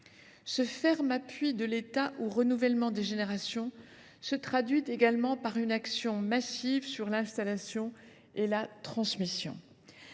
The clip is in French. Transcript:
Ce ferme appui de l’État au renouvellement des générations se traduit également par une action massive en faveur de l’installation et de la transmission.